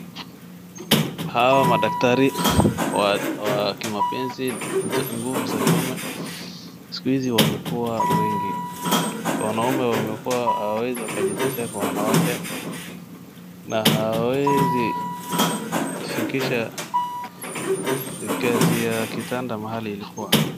Hawa madaktari wa wa kimapenzi nguvu za kiume, siku hizi wamekuwa wengi. Wanaume wamekuwa hawawezi wakajitetea kwa wanawake, na hawawezi fikisha kiasi ya kitanda mahali inafaa.